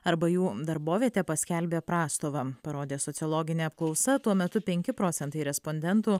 arba jų darbovietę paskelbė prastovą parodė sociologinė apklausa tuo metu penki procentai respondentų